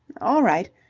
all right.